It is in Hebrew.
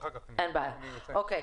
אני רוצה קודם לשמוע.